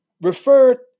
refer